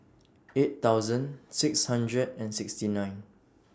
eight thousand six hundred and sixty nine